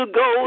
go